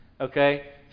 okay